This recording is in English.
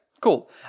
cool